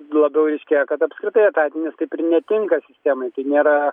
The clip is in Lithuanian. labiau ryškėja kad apskritai etatinis kaip ir netinka sistemai tai nėra